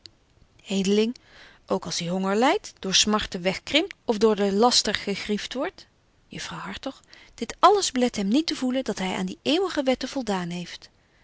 edeling ook als hy honger lydt door smarten weg krimpt of door den laster gegrieft wordt juffrouw hartog dit alles belet hem niet te voelen dat hy aan die eeuwige wetten voldaan heeft